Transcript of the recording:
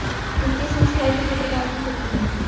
वित्तीय संस्थाएं कितने प्रकार की होती हैं?